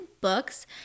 books